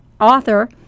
author